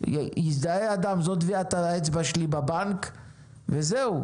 יזדהה אדם, זאת טביעת האצבע שלי בבנק וזהו.